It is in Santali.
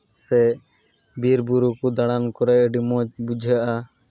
ᱥᱮ ᱵᱤᱨ ᱵᱩᱨᱩ ᱠᱚ ᱫᱟᱬᱟᱱ ᱠᱚᱨᱮ ᱟᱹᱰᱤ ᱢᱚᱡᱽ ᱵᱩᱡᱷᱟᱹᱜᱼᱟ